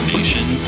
Nation